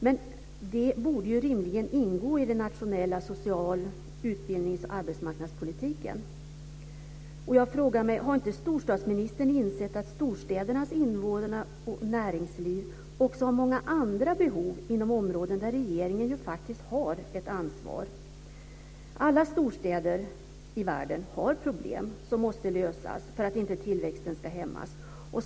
Men det borde ju rimligen ingå i den nationella social-, utbildnings och arbetsmarknadspolitiken. Jag frågar mig: Har inte storstadsministern insett att storstädernas invånare och näringsliv också har många andra behov inom områden där regeringen ju faktiskt har ett ansvar? Alla storstäder i världen har problem som måste lösas för att inte tillväxten ska hämmas.